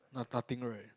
no~ nothing right